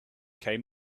came